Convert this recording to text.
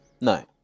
No